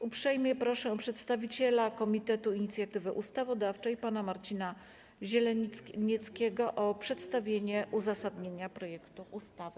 Uprzejmie proszę Przedstawiciela Komitetu Inicjatywy Ustawodawczej pana Marcina Zielenieckiego o przedstawienie uzasadnienia projektu ustawy.